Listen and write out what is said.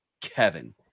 Kevin